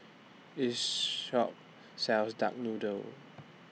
This Shop sells Duck Noodle